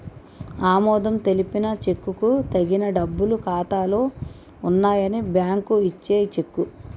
ఆమోదం తెలిపిన చెక్కుకు తగిన డబ్బులు ఖాతాలో ఉన్నాయని బ్యాంకు ఇచ్చే చెక్కు